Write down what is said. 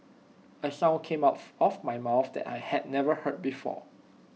A sound came of of my mouth that I'd never heard before